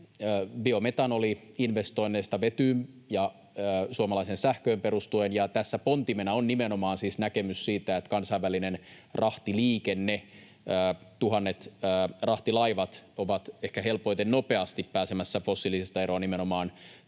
biometanoli-investoinneista vetyyn ja suomalaiseen sähköön perustuen, ja tässä pontimena on nimenomaan siis näkemys siitä, että kansainvälinen rahtiliikenne, tuhannet rahtilaivat, on ehkä helpoiten nopeasti pääsemässä fossiilisista eroon nimenomaan